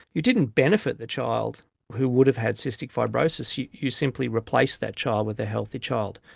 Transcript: you didn't benefit the child who would have had cystic fibrosis, you you simply replace that child with a healthy child.